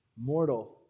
mortal